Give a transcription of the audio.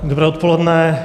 Dobré odpoledne.